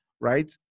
right